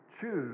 choose